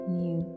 new